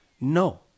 no